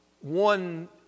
One